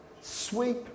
Sweep